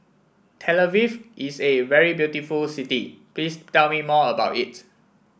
Tel Aviv is a very beautiful city please tell me more about it